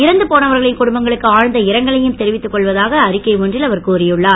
இறந்து போனவர்களின் குடும்பங்களுக்கு ஆழ்ந்த இரங்கலையும் தெரிவித்து கொள்வதாக அறிக்கை ஒன்றில் அவர் கூறியுள்ளார்